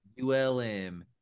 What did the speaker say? ULM